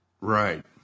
Right